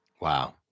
Wow